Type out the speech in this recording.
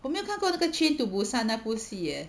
我没有看过那个 train to busan 那部戏 leh